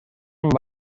amb